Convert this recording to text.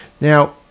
Now